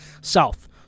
South